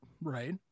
right